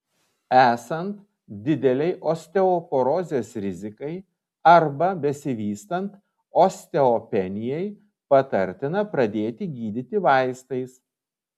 esant didelei osteoporozės rizikai arba besivystant osteopenijai patartina pradėti gydyti vaistais